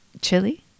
Chili